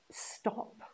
stop